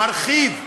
מרחיב.